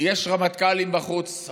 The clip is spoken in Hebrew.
יש רמטכ"לים בחוץ,